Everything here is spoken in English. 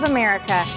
America